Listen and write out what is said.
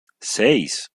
seis